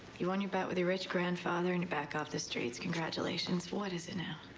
you won your bet with your rich grandfather. and you're back off the streets. congratulations. what is it now?